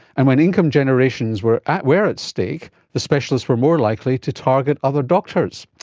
and when income generations were at were at stake, the specialists were more likely to target other doctors.